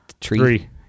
Three